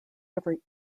every